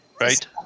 Right